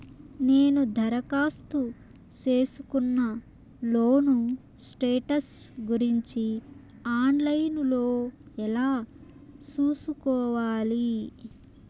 నేను దరఖాస్తు సేసుకున్న లోను స్టేటస్ గురించి ఆన్ లైను లో ఎలా సూసుకోవాలి?